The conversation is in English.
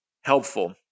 helpful